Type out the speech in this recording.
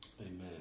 Amen